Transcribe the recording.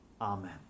Amen